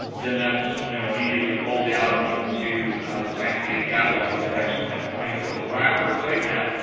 then that's you know immediately pulled out into the science data catalog index from that point, if it's a waf or a sitemap,